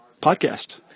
podcast